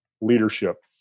leadership